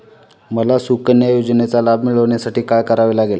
मला सुकन्या योजनेचा लाभ मिळवण्यासाठी काय करावे लागेल?